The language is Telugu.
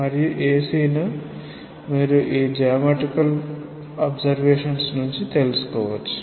మరియు AC ని మీరు ఈ జియోమెట్రికల్ పరిశీలనల నుండి తెలుసుకోవచ్చు